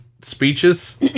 speeches